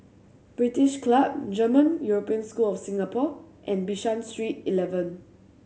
British Club German European School Singapore and Bishan Street Eleven